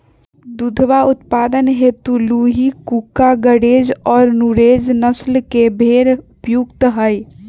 दुधवा उत्पादन हेतु लूही, कूका, गरेज और नुरेज नस्ल के भेंड़ उपयुक्त हई